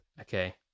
Okay